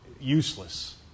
useless